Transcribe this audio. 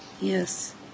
Yes